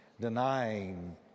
denying